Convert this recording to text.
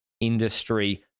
industry